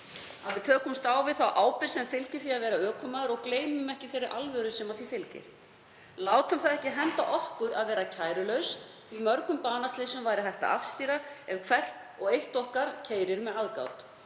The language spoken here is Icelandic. að við tökumst á við þá ábyrgð sem fylgir því að vera ökumaður og gleymum ekki þeirri alvöru sem því fylgir. Látum það ekki henda okkur að vera kærulaus því að mörgum banaslysum er hægt að afstýra ef hvert og eitt okkar keyrir með aðgát.